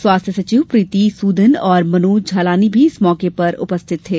स्वास्थ्य सचिव प्रीति सूदन और मनोज झालानी भी इस मौके पर उपस्थित थे